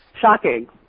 shocking